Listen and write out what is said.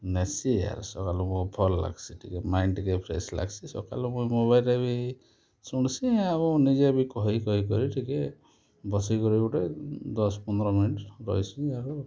ନେସି ଆରୁ ସକାଲୁ ମୋର୍ ଭଲ୍ ଲାଗ୍ସି ଟିକେ ମାଇଣ୍ଡ୍ ଟିକେ ଫ୍ରେଶ୍ ଲାଗ୍ସି ସକାଲୁ ମୁଇଁ ମୋବାଇଲ୍ରେ ବି ଶୁଣ୍ସି ଆଉ ନିଜେ ବି କହି କହି କରି ଟିକେ ବସିକରି ଗୁଟେ ଦଶ୍ ପନ୍ଦ୍ର ମିନିଟ୍ ରହେସି ଆରୁ